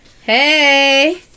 Hey